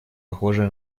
похожее